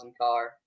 car